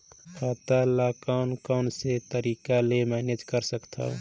खाता ल कौन कौन से तरीका ले मैनेज कर सकथव?